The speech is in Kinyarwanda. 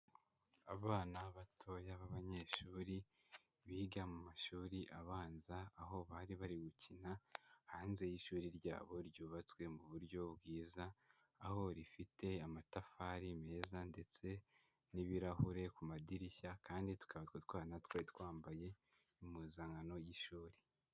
Abana batoya b'abanyeshuri, biga mu mashuri abanza, aho bari bari gukina hanze y'ishuri ryabo ryubatswe mu buryo bwiza. Aho rifite amatafari meza ndetse n'ibirahure ku madirishya, kandi tukaba utwo twana twari twambaye impuzankano y'ishuri.